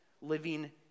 living